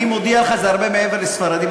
אני מודיע לך, זה הרבה מעבר לספרדים.